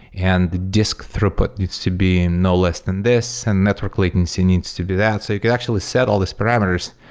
and the disk throughput needs to be no less than this, and network latency needs to be that. so you could actually set all these parameters.